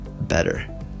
better